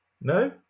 No